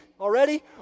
already